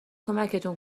کمکتون